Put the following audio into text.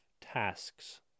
tasks